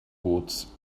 boots